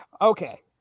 Okay